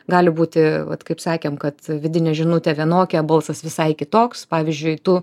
gali būti vat kaip sakėm kad vidinė žinutė vienokia o balsas visai kitoks pavyzdžiui tu